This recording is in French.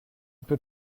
peux